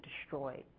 destroyed